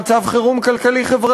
מצב חירום כלכלי-חברתי,